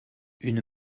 une